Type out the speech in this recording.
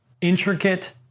intricate